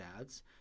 ads